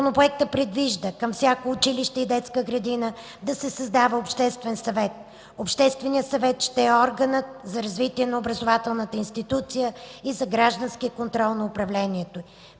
Законопроектът предвижда към всяко училище и детска градина да се създава обществен съвет. Общественият съвет ще е органът за развитие на образователната институция и за граждански контрол на управлението